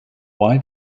why